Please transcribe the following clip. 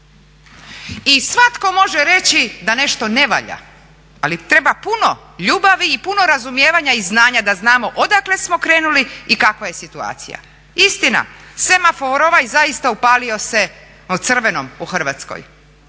I svatko može reći da nešto ne valja ali treba puno ljubavi i puno razumijevanja i znanja da znamo odakle smo krenuli i kakva je situacija. Istina, semafor ovaj i zaista upalio se u crveno u Hrvatskoj.